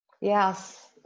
Yes